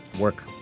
Work